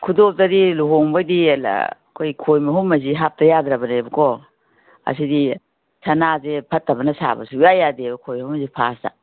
ꯈꯨꯗꯣꯞꯇꯗꯤ ꯂꯨꯍꯣꯡꯕꯩꯗꯤ ꯑꯩꯈꯣꯏ ꯈꯣꯏ ꯃꯍꯨꯝ ꯑꯁꯤ ꯍꯥꯞꯇ ꯌꯥꯗꯕꯅꯦꯕꯀꯣ ꯑꯁꯤꯗꯤ ꯁꯅꯥꯁꯦ ꯐꯠꯇꯕꯅ ꯁꯥꯕ ꯁꯨꯛꯌꯥ ꯌꯥꯗꯦꯕ ꯈꯣꯏ ꯃꯍꯨꯝꯁꯦ ꯐꯥꯔꯁꯇ